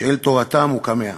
שאל תורתם הוא כמהַ.